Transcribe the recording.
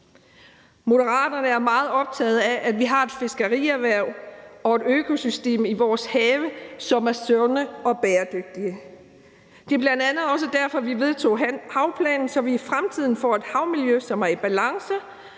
Moderaterne er meget optagede af, at vi har et fiskerierhverv og et økosystem i vores have, som er sunde og bæredygtige. Det er bl.a. også derfor, at vi vedtog havplanen, så vi i fremtiden får et havmiljø, som er i balance,